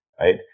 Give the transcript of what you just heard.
right